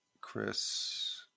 Chris